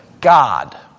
God